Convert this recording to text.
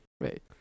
Right